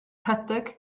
rhedeg